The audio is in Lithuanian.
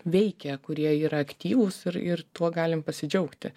veikia kurie yra aktyvūs ir ir tuo galim pasidžiaugti